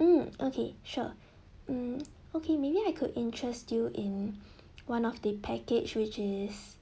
mm okay sure mm okay maybe I could interest you in one of the package which is